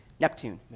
neptune.